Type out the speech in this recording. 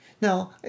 Now